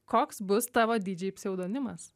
koks bus tavo dj pseudonimas